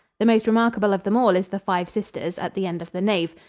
the most remarkable of them all is the five sisters at the end of the nave,